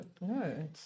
no